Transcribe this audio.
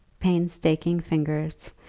painstaking fingers,